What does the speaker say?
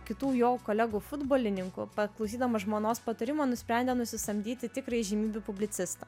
kitų jo kolegų futbolininkų paklausydama žmonos patarimo nusprendė nusisamdyti tikrą įžymybių publicistą